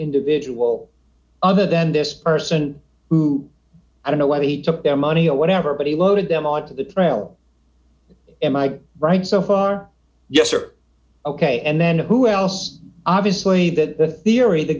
individual other than this person who i don't know whether he took their money or whatever but he loaded them on the trail am i right so far yes or ok and then who else obviously that theory the